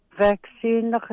vaccine